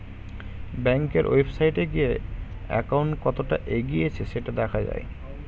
ব্যাংকের ওয়েবসাইটে গিয়ে অ্যাকাউন্ট কতটা এগিয়েছে সেটা দেখা যায়